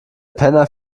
penner